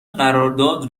قرارداد